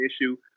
issue